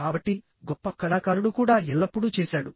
కాబట్టి గొప్ప కళాకారుడు కూడా ఎల్లప్పుడూ చేశాడు